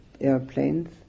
airplanes